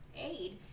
aid